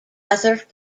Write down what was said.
other